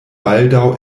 baldaŭ